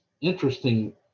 interesting